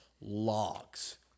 logs